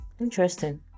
Interesting